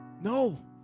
no